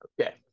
okay